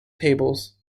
tables